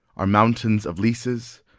our mountains of leases,